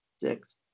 six